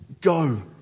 Go